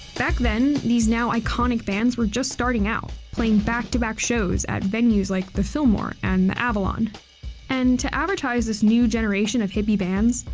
back then, these now iconic bands were just starting out, playing back to back shows at venues like the fillmore and the avalon and to advertise this new generation of hippie bands,